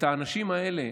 את האנשים האלה,